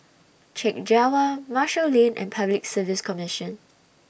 Chek Jawa Marshall Lane and Public Service Commission